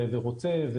רוצה,